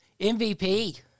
MVP